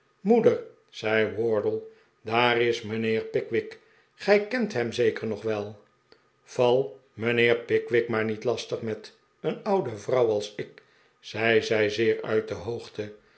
moeder zei wardle daar is mijnheer pickwick gij kent hem zeker nog wel val mijnheer pickwick maar niet lastig met een oude vrouw als ik zei zij zeer uit de hoogte